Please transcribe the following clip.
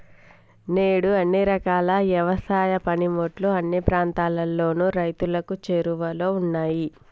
నేడు అన్ని రకాల యవసాయ పనిముట్లు అన్ని ప్రాంతాలలోను రైతులకు చేరువలో ఉన్నాయి